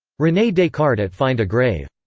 rene descartes at find a grave